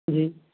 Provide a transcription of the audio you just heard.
جی